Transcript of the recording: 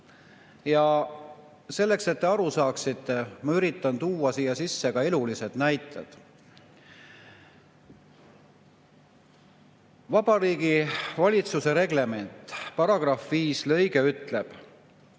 Selleks, et te aru saaksite, ma üritan tuua siia sisse ka elulised näited. Vabariigi Valitsuse reglement, § 5 lõige [1] ütleb